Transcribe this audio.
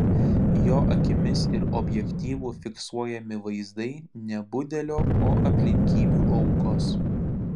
jo akimis ir objektyvu fiksuojami vaizdai ne budelio o aplinkybių aukos